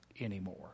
anymore